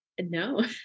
no